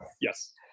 Yes